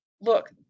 look